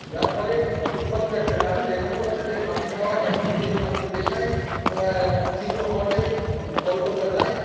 যার ফলে শুধুমাত্র একটা নারী লেখাপড়া শিখে স্বাধীন হওয়া বা নিজের স্বাধীন পেশায় উন্নীত হওয়াটাই বড় কথা নয়